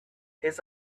his